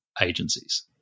agencies